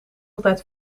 altijd